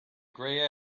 grey